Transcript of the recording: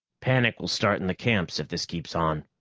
panic will start in the camps if this keeps on.